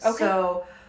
Okay